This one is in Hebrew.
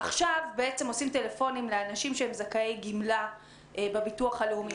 עכשיו מתקשרים לאנשים שהם זכאי גמלה בביטוח הלאומי.